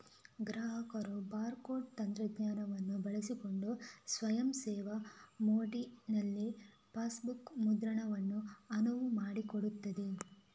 ಗ್ರಾಹಕರು bar code ತಂತ್ರಜ್ಞಾನವನ್ನು ಬಳಸಿಕೊಂಡು ಸ್ವಯಂ ಸೇವಾ ಮೋಡಿನಲ್ಲಿ ಪಾಸ್ಬುಕ್ ಮುದ್ರಣವನ್ನು ಅನುವು ಮಾಡಿಕೊಡುತ್ತದೆ